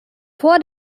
vor